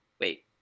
wait